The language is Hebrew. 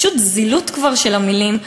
פשוט, כבר זילות של המילים.